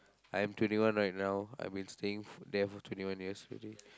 I am twenty one right now I've been staying there for twenty one years already